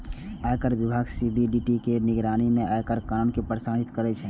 आयकर विभाग सी.बी.डी.टी के निगरानी मे आयकर कानून कें प्रशासित करै छै